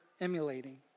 emulating